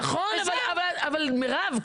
אבל, נכון, אבל מירב --- וזהו.